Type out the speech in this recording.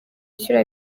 bishyura